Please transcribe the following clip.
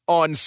on